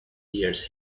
bears